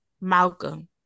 Malcolm